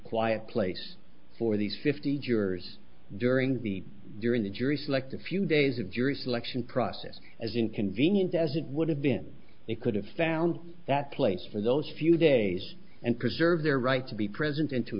quiet place for these fifty jurors during the during the jury select a few days of jury selection process as inconvenient as it would have been they could have found that place for those few days and preserve their right to be present into